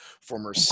former